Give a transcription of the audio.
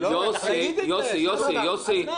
לא.